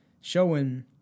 showing